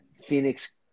Phoenix